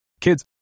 Kids